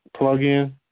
plugin